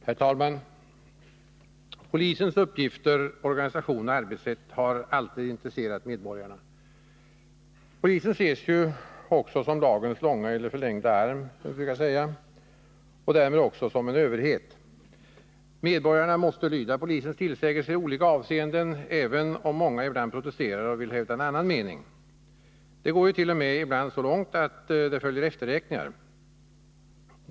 Herr talman! Polisens uppgifter, organisation och arbetssätt har alltid intresserat medborgarna. Polisen ses ju också som lagens långa eller förlängda arm, som man brukar säga, och därmed också som en överhet. Medborgarna måste lyda polisens tillsägelser i olika avseenden, även om många ibland protesterar och vill hävda en annan mening. Det går ju ibland t.o.m. så långt att efterräkningar följer.